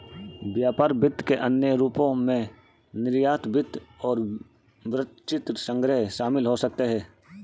व्यापार वित्त के अन्य रूपों में निर्यात वित्त और वृत्तचित्र संग्रह शामिल हो सकते हैं